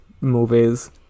movies